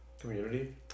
community